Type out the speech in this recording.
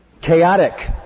chaotic